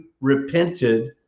repented